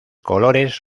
colores